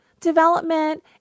development